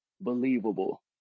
believable